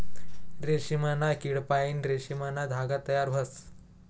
रेशीमना किडापाईन रेशीमना धागा तयार व्हस